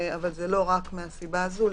אבל זה לא רק מהסיבה הזאת,